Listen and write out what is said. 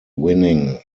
winning